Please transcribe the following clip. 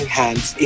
hands